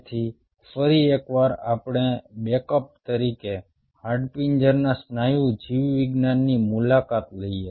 તેથી ફરી એકવાર આપણે બેકઅપ તરીકે હાડપિંજરના સ્નાયુ જીવવિજ્ઞાનની મુલાકાત લઈએ